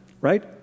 right